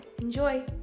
Enjoy